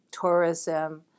tourism